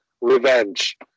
revenge